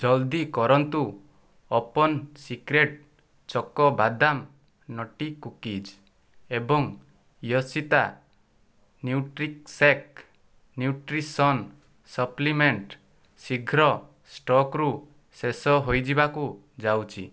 ଜଲ୍ଦି କରନ୍ତୁ open secret choco badam nutty cookies ଏବଂ ୟୋସ୍ଵିତା ନ୍ୟୁଟ୍ରିଶେକ୍ ନ୍ୟୁଟ୍ରିସନ ସପ୍ଲିମେଣ୍ଟ ଶୀଘ୍ର ଷ୍ଟକ୍ରୁ ଶେଷ ହୋଇଯିବାକୁ ଯାଉଛି